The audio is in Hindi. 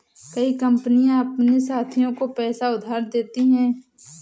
कई कंपनियां अपने साथियों को पैसा उधार देती हैं